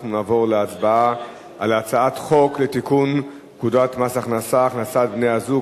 אנחנו נעבור להצבעה על הצעת חוק לתיקון פקודת מס הכנסה (הכנסת בני-זוג),